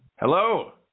Hello